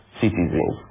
citizens